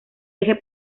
eje